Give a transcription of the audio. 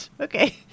Okay